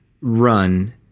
run